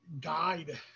guide